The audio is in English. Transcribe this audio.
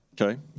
Okay